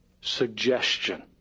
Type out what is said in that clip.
suggestion